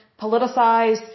politicized